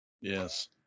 Yes